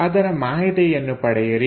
ಅದರ ಮಾಹಿತಿಯನ್ನು ಪಡೆಯಿರಿ